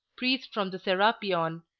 priests from the serapeion,